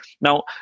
Now